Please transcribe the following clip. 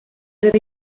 der